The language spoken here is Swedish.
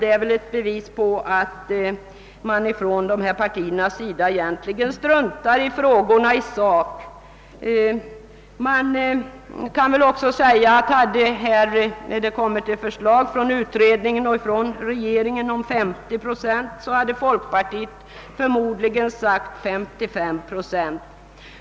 Det torde vara ett bevis för att dessa partier egentligen struntar i frågorna som sådana. Om utredningen och regeringen hade föreslagit ett 50 procentigt statsbidrag, hade folkpartiet förmodligen höjt sitt bud till 55 procent.